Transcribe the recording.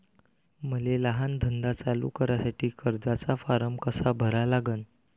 मले लहान धंदा चालू करासाठी कर्जाचा फारम कसा भरा लागन?